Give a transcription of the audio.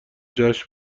جشن